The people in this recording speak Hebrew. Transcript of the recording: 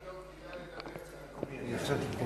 התוכנות פתאום ידעו לדבר אחת עם השנייה.